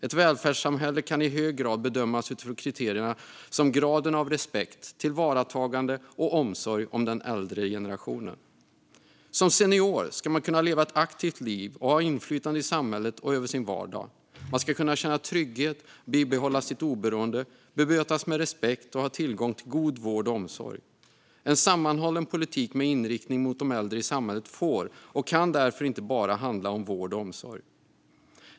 Ett välfärdssamhälle kan i hög grad bedömas utifrån kriterier som graden av respekt för, tillvaratagande av och omsorg om den äldre generationen. Som senior ska man kunna leva ett aktivt liv och ha inflytande i samhället och över sin vardag. Man ska kunna känna trygghet, bibehålla sitt oberoende, bemötas med respekt och ha tillgång till god vård och omsorg. En sammanhållen politik med inriktning mot de äldre i samhället får och kan därför inte bara handla om vård och omsorg.